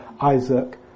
Isaac